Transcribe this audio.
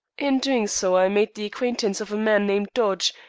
in doing so i made the acquaintance of a man named dodge,